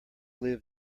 live